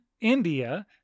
India